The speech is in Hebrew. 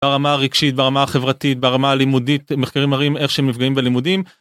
ברמה הרגשית ברמה החברתית ברמה הלימודית מחקרים מראים איך שהם נפגעים בלימודים